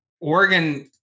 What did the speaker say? Oregon